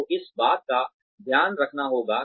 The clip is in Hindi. तो इस बात का ध्यान रखना होगा